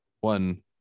one